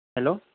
hello